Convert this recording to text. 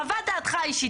חוות דעתך האישית.